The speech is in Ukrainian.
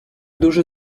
дуже